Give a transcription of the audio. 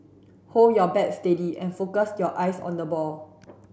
hold your bat steady and focus your eyes on the ball